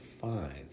five